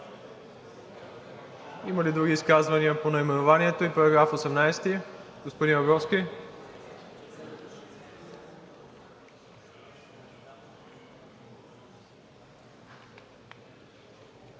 Няма. Други изказвания по наименованието и по § 18? Господин Абровски.